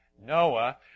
Noah